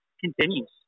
continues